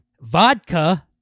vodka